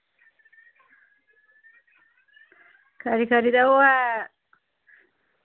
खरी खरी ते ओह् ऐ